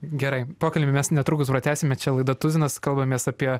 gerai pokalbį mes netrukus pratęsime čia laida tuzinas kalbamės apie